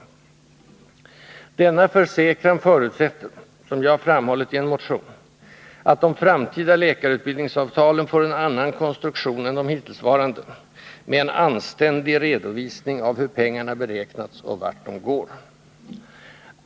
Denna försäkran förutsätter, som jag framhållit i en motion, att de framtida läkarutbildningsavtalen får en annan konstruktion än de hittillsvarande med en anständig redovisning av hur pengarna beräknats och vart de går.